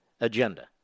agenda